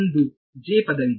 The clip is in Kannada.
ಒಂದು ಪದವಿದೆ